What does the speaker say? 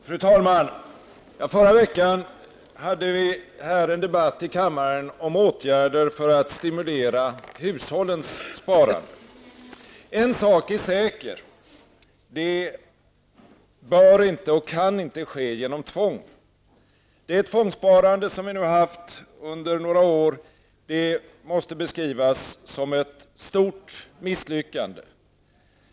Fru talman! Förra veckan förde vi här i kammaren en debatt om åtgärder för att stimulera hushållens sparande. En sak är säker, det bör inte och kan inte ske genom tvång. Det tvångssparande som vi nu haft under några år måste beskrivas som ett stort misslyckande.